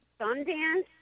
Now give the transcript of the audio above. Sundance